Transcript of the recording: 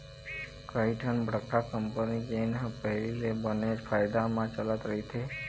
कइठन बड़का कंपनी जेन ह पहिली ले बनेच फायदा म चलत रहिथे